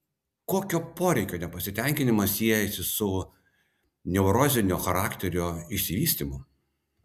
kokio poreikio nepatenkinimas siejasi su neurozinio charakterio išsivystymu